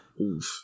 Oof